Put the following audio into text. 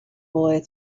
boy